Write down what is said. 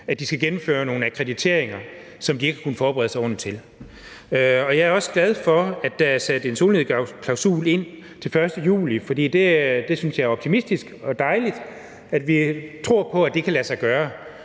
at de skal gennemføre nogle akkrediteringer, som de ikke har kunnet forberede sig ordentligt til. Og jeg er også glad for, at der er sat en solnedgangsklausul til 1. juli ind, for jeg synes, det er optimistisk og dejligt, at vi tror på, det kan lade sig gøre.